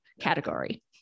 category